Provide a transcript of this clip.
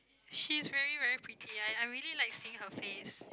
she's really very pretty I really like seeing her face